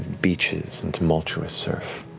beaches and tumultuous earth.